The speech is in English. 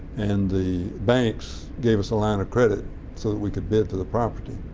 and the banks gave us a line of credit so that we could bid for the property.